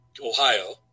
Ohio